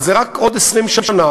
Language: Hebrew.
אבל זה רק עוד 20 שנה.